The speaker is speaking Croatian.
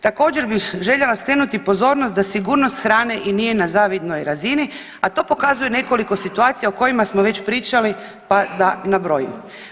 Također bih željela skrenuti pozornost da sigurnost hrane i nije na zavidnoj razini, a to pokazuje nekoliko situacija o kojima smo već pričali pa da nabrojim.